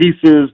pieces